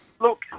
Look